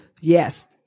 yes